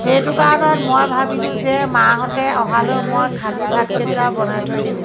সেইটো কাৰণত মই ভাবিলোঁ যে মাহঁতে অহালৈ মই খালী ভাত কেইটা বনাই থৈ দিওঁ